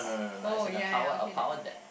oh ya ya okay then ma~